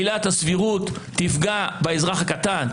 אני חושב שעילת הסבירות תפגע באזרח הקטן,